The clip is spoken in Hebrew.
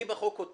אני בחוק כותב